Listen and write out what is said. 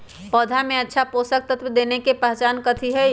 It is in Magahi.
पौधा में अच्छा पोषक तत्व देवे के पहचान कथी हई?